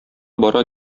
бара